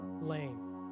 lame